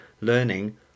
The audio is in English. learning